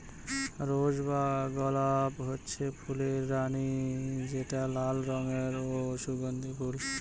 rose বা গলাপ হচ্ছে ফুলের রানী যেটা লাল রঙের ও সুগন্ধি ফুল